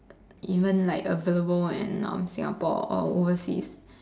even like available on Singapore or overseas